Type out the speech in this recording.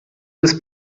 ist